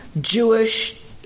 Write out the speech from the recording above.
Jewish